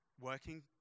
working